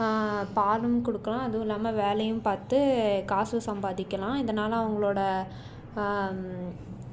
பாலும் கொடுக்கலாம் அதுவும் இல்லாமல் வேலையும் பார்த்து காசும் சம்பாதிக்கலாம் இதனால் அவங்களோட